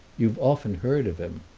you've often heard of him.